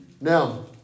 Now